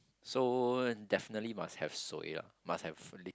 so definitely must have soya must have leap